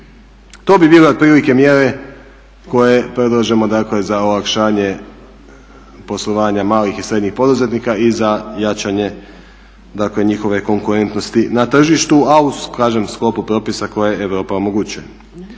To bi bile otprilike mjere koje predlažemo dakle za olakšanje poslovanja malih i srednjih poduzetnika i za jačanje dakle njihove konkurentnosti na tržištu a u kažem sklopu propisa koje Europa omogućuje.